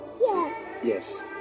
Yes